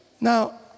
now